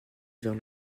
vers